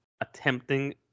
attempting